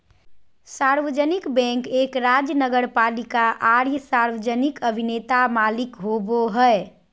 सार्वजनिक बैंक एक राज्य नगरपालिका आर सार्वजनिक अभिनेता मालिक होबो हइ